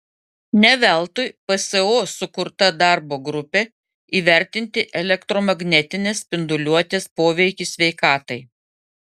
ne veltui pso sukurta darbo grupė įvertinti elektromagnetinės spinduliuotės poveikį sveikatai